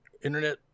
Internet